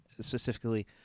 specifically